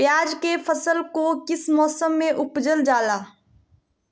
प्याज के फसल को किस मौसम में उपजल जाला?